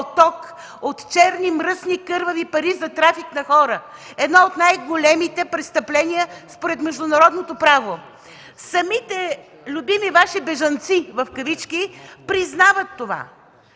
от черни, мръсни, кървави пари за трафик на хора – едно от най-големите престъпления според международното право. Самите любими Ваши „бежанци” признават това.